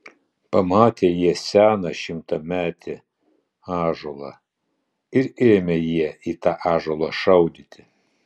pamatė jie seną šimtametį ąžuolą ir ėmė jie į tą ąžuolą šaudyti